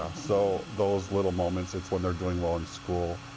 ah so those little moments. it's when they're doing well in school,